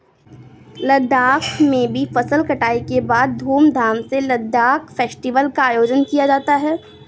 लद्दाख में भी फसल कटाई के बाद धूमधाम से लद्दाख फेस्टिवल का आयोजन किया जाता है